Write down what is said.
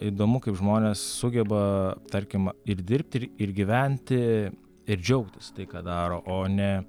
įdomu kaip žmonės sugeba tarkim ir dirbti ir ir gyventi ir džiaugtis tai ką daro o ne